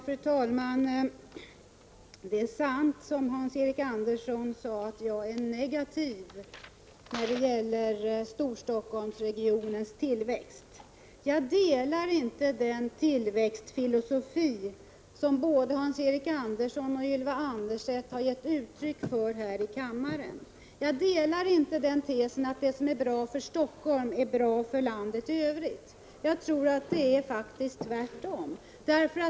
Fru talman! Det är sant som Hans-Eric Andersson sade, att jag är negativ när det gäller Storstockholmsregionens tillväxt. Jag delar inte den tillväxtfilosofi som både Hans-Eric Andersson och Ylva Annerstedt har gett uttryck för här i kammaren. Jag instämmer inte i tesen att det som är bra för Stockholm är bra för landet i övrigt. Jag tror att det är tvärtom.